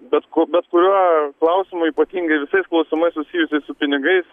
bet ku bet kuriuo klausimu ypatingai visais klausimais susijusiais su pinigais